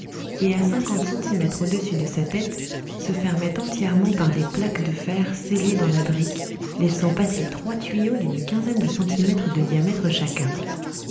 et qui à cinquante centimètres au-dessus de sa tête se fermait entièrement par des plaques de fer scellées dans la brique laissant passer trois tuyaux d'une quinzaine de centimètres de diamètre chacun